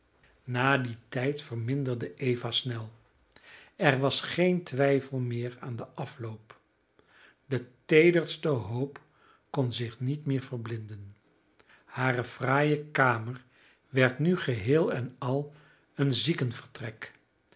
na dien tijd verminderde eva snel er was geen twijfel meer aan den afloop de teederste hoop kon zich niet meer verblinden hare fraaie kamer werd nu geheel en al een